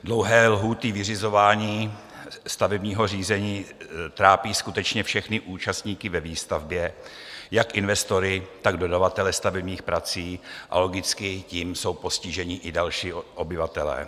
Dlouhé lhůty vyřizování stavebního řízení trápí skutečně všechny účastníky ve výstavbě, jak investory, tak dodavatele stavebních prací, a logicky tím jsou postiženi i další obyvatelé.